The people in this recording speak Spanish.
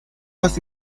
más